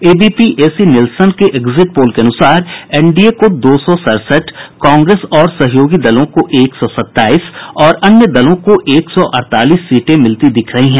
ABP AC Nielsen के exit poll के अनुसार एनडीए को दो सौ सड़सठ कांग्रेस और सहयोगी दलों को एक सौ सत्ताईस और अन्य दलों को एक सौ अड़तालीस सीटें मिलती दिख रही हैं